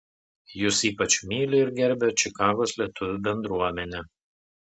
jus ypač myli ir gerbia čikagos lietuvių bendruomenė